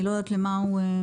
אני לא יודעת אם הכוונה לזה.